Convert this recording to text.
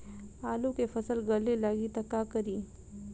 आलू के फ़सल गले लागी त का करी?